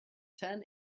ten